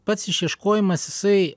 pats išieškojimas jisai